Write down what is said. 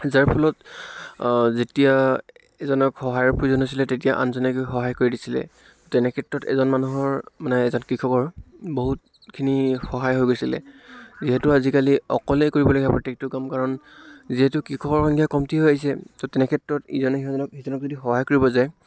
যাৰ ফলত যেতিয়া এজনক সহায়ৰ প্ৰয়োজন হৈছিলে তেতিয়া আনজনে গৈ সহায় কৰি দিছিলে তেনেক্ষেত্ৰত এজন মানুহৰ মানে এজন কৃষকৰ বহুতখিনি সহায় হৈ গৈছিলে যিহেতু আজিকালি অকলেই কৰিব লাগে প্ৰত্য়েকটো কাম কাৰণ যিহেতু কৃষকৰ সংখ্য়া কমটি হৈ আহিছে ত' তেনেক্ষেত্ৰত ইজনে সিজনক সিজনক যদি সহায় কৰিব যায়